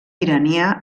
iranià